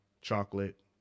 chocolate